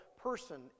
person